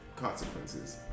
consequences